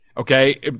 okay